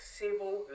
civil